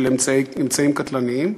של אמצעים קטלניים,